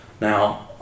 Now